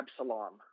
Absalom